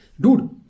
dude